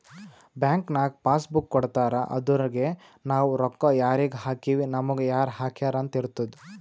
bank ನಾಗ್ passbook ಕೊಡ್ತಾರ ಅದುರಗೆ ನಾವ್ ರೊಕ್ಕಾ ಯಾರಿಗ ಹಾಕಿವ್ ನಮುಗ ಯಾರ್ ಹಾಕ್ಯಾರ್ ಅಂತ್ ಇರ್ತುದ್